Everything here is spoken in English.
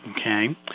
okay